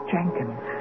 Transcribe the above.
Jenkins